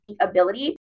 ability